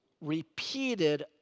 repeated